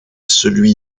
celui